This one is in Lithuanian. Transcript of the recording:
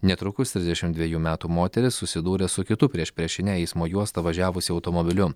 netrukus trisdešim dvejų metų moteris susidūrė su kitu priešpriešine eismo juosta važiavusiu automobiliu